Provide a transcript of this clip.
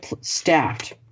staffed